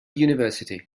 university